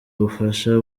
ubufasha